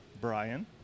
Brian